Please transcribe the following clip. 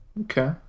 Okay